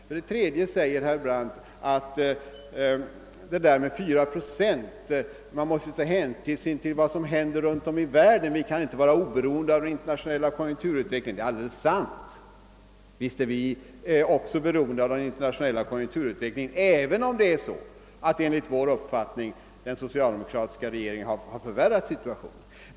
För det tredje sade herr Brandt att när det gäller löftet om fyra procents produktionsstegring måste man naturligtvis ta hänsyn till vad som händer runt om i världen; Sverige kan inte vara oberoende av den internationella konjunkturutvecklingen. Det är alldeles riktigt. Visst är vi beroende av den, även om den socialdemokratiska regeringen enligt vår uppfattning har förvärrat situationen.